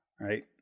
right